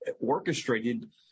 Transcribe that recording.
orchestrated